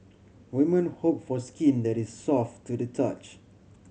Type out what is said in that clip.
women hope for skin that is soft to the touch